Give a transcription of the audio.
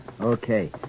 Okay